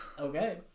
Okay